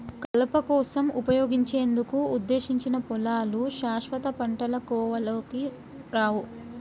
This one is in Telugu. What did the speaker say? కలప కోసం ఉపయోగించేందుకు ఉద్దేశించిన పొలాలు శాశ్వత పంటల కోవలోకి రావు